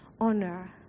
Honor